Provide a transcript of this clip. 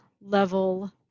level